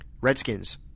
redskins